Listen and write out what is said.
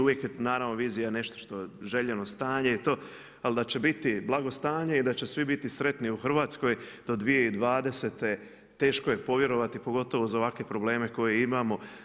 Uvijek je naravno vizija nešto što je željeno stanje i to, ali da će biti blagostanje i da će svi biti sretni u Hrvatskoj do 2020. teško je povjerovati pogotovo za ovakve probleme koje imamo.